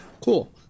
Cool